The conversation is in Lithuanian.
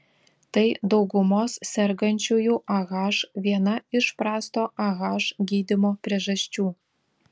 tai daugumos sergančiųjų ah viena iš prasto ah gydymo priežasčių